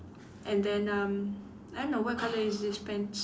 and then um I don't know what colour is this pants